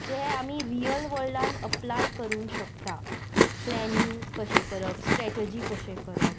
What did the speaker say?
जे आमी रियल वर्ल्डान अप्लाय करूं शकता प्लॅनिंग कशें करप स्ट्रेटजी कशें करप